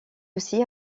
aussi